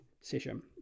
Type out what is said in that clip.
session